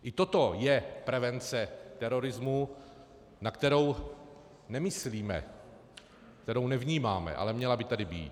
I toto je prevence terorismu, na kterou nemyslíme, kterou nevnímáme, ale měla by tady být.